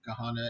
Kahana